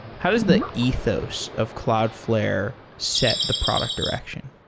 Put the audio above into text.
how does the ethos of cloudflare set the product direction?